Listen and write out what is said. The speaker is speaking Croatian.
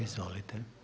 Izvolite.